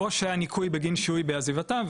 או שהיה ניכוי בגין שיהוי בעזיבתם,